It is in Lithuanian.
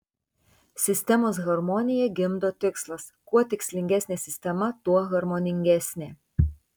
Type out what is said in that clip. sistemos harmoniją gimdo tikslas kuo tikslingesnė sistema tuo harmoningesnė